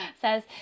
says